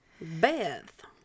Beth